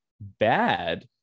bad